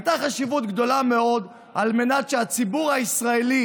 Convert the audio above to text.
הייתה חשיבות גדולה מאוד על מנת שהציבור הישראלי